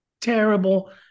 Terrible